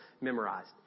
memorized